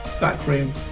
backroom